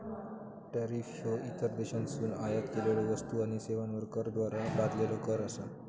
tariff ह्यो इतर देशांतसून आयात केलेल्यो वस्तू आणि सेवांवर सरकारद्वारा लादलेलो कर असा